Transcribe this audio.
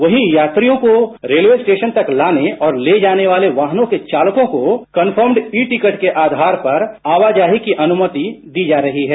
वहीं यात्रियों को रेलवे स्टेशन तक लाने और ले जाने वाले वाहनों के चालकों को कन्फर्मड ई टिकट के आधार पर आवाजाही की अनुमति दी जा रही है